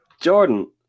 Jordan